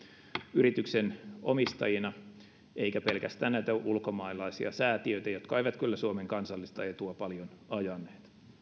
yrityksen omistajina eikä pelkästään näitä ulkomaalaisia säätiöitä jotka eivät kyllä suomen kansallista etua paljon ajaneet